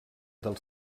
del